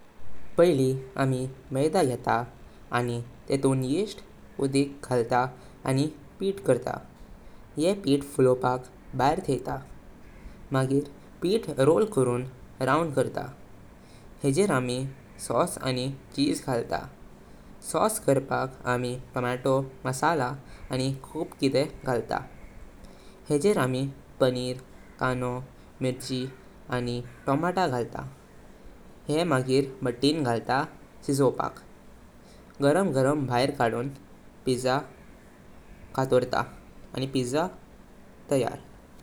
पहिली आमी मैदा घेता आनी तितुन यीस्ट, उडीक घालतां आनी पिट्ट करतात। यें पिट्ट फुलोवपक बहिर थयता। मागीर पिट्ट रोल करून राउंड करतात। हाजेर आमी सॉस आनी चीज घालतां। सॉस करपक आमी टोमाटा, मसाला आनी खूप किते गारता। हेजेर आमी पनीर, काणो, मिर्ची आनी टोमाटा घालतां। ये मगरीर भात्तिन गालून सिजायतां। गरम गरम बाहेर कडून पिझ्झा कातोरता आनी पिझ्झा त_यर।